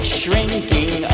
shrinking